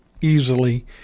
easily